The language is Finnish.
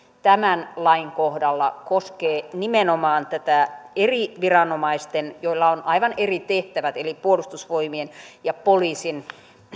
tämän lain kohdalla koskee nimenomaan eri viranomaisten joilla on aivan eri tehtävät eli puolustusvoimien ja poliisin